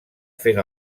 fent